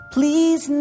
Please